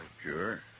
Sure